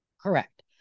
correct